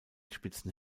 spitzen